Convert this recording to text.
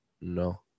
No